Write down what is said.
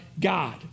God